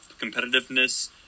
competitiveness